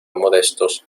modestos